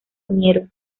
unieron